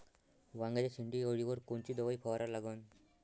वांग्याच्या शेंडी अळीवर कोनची दवाई फवारा लागन?